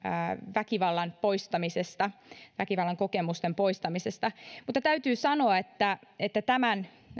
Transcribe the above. väkivallan poistamisesta väkivallan kokemusten poistamisesta mutta täytyy sanoa että että tämän